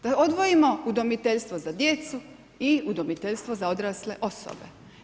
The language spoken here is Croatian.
Da odvojimo udomiteljstvo za djecu i udomiteljstvo za odrasle osobe.